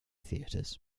theaters